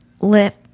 lip